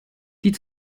die